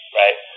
right